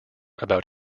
about